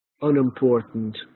unimportant